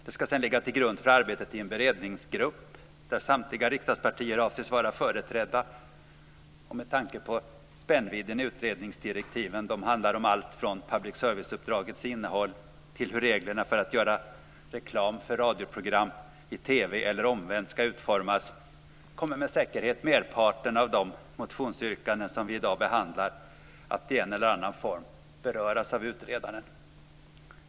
Det ska sedan ligga till grund för arbetet i en beredningsgrupp där samtliga riksdagspartier avses vara företrädda. Med tanke på spännvidden i utredningsdirektiven - de handlar om allt från public service-uppdragets innehåll till hur reglerna för att göra reklam för radioprogram i TV eller omvänt ska utformas - kommer med säkerhet merparten av de motionsyrkanden som vi i dag behandlar att i en eller annan form beröras av utredaren.